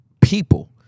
people